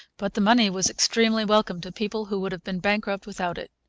but the money was extremely welcome to people who would have been bankrupt without it.